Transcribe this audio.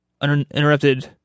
uninterrupted